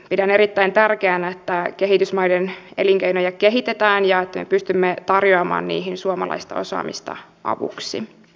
pidän erittäin tärkeänä että kehitysmaiden elinkeinoja kehitetään ja että me pystymme tarjoamaan niihin suomalaista osaamista avuksi